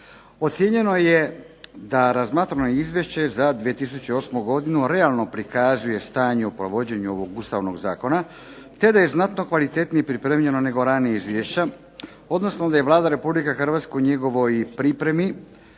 Ocijenjeno je da razmatrano Izvješće za 2008. godinu realno prikazuje stanje o provođenju ovog Ustavnog zakona te da je znatno kvalitetnije pripremljeno nego ranija izvješća, odnosno da je Vlada Republike Hrvatske u njegovoj pripremi